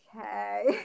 okay